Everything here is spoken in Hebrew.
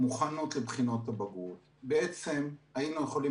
מוכנות לבחינות הבגרות בעצם היינו יכולים